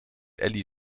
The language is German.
elli